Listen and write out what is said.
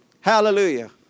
Hallelujah